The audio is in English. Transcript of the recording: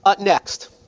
Next